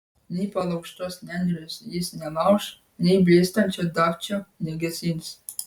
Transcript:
nei palaužtos nendrės jis nelauš nei blėstančio dagčio negesins